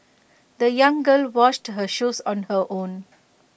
the young girl washed her shoes on her own